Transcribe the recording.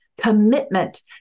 commitment